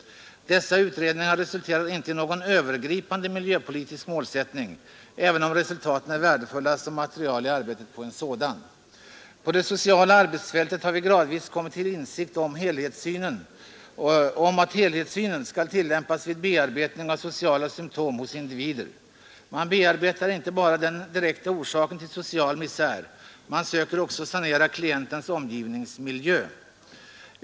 Dessa utredningar resulterar inte i någon övergripande miljöpolitisk målsättning, även om resultaten är värdefulla som material i arbetet på en sådan. På det sociala arbetsfältet har vi gradvis kommit till insikt om att helhetssynen skall tillämpas vid bearbetning av sociala symptom hos individer. Man bearbetar inte bara den direkta orsaken till social misär, man söker också sanera klientens omgivningsmiljö.